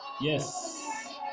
yes